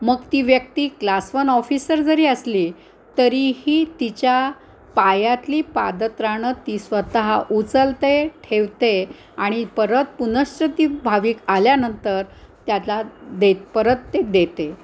मग ती व्यक्ती क्लास वन ऑफिसर जरी असली तरीही तिच्या पायातली पादत्राणं ती स्वतः उचलते ठेवते आणि परत पुनःश्च भाविक आल्यानंतर त्यातला देत परत ते देते